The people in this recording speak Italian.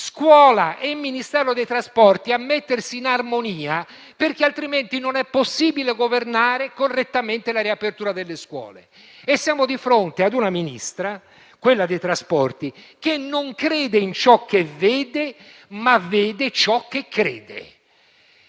scuola e Ministero dei trasporti a mettersi in armonia, perché altrimenti non è possibile governare correttamente la riapertura delle scuole. E siamo di fronte ad un Ministro dei trasporti che non crede in ciò che vede, ma vede ciò che crede.